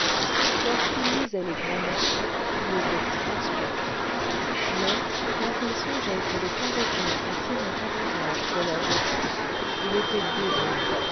lorsqu'il lisait les grands morceaux il était transporté mais quand il songeait que les calotins en tiraient avantage pour leur boutique il était désolé